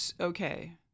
Okay